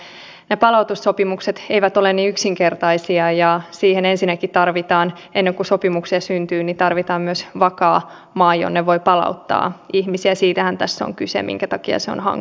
itse suhtaudun positiivisesti team finland kasvuohjelmaan ja se myös tukee nyt tämän myötä bio ja digitalouden sekä puhtaiden ratkaisujen kärkihankkeiden päämääriä kansainvälistymisen viennin sekä ulkomaisten investointien edistämisessä